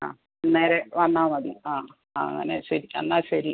ആ നേരെ വന്നാൽമതി ആ അങ്ങനെ ശരി എന്നാൽ ശരി